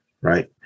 Right